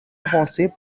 avancée